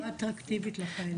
זה לא אטרקטיבי לחיילים הבודדים.